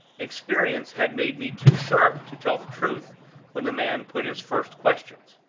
experience had made me too sharp to tell the truth when the man put his first questions.